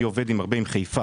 אני עובד הרבה עם חיפה.